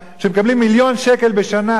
שמקבלים מיליון שקל לשנה.